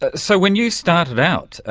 ah so when you started out,